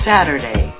Saturday